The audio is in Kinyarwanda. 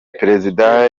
perezida